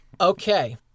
Okay